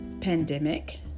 pandemic